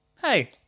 Hey